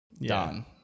Done